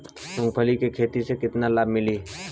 मूँगफली के खेती से केतना लाभ मिली?